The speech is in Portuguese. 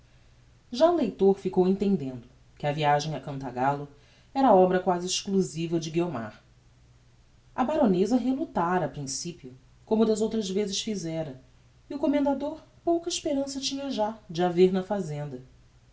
já o leitor ficou entendendo que a viagem a cantagallo era obra quasi exclusiva de guiomar a baroneza relutara a principio como das outras vezes fizera e o commendador pouca esperança tinha já de a ver na fazenda